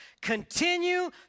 continue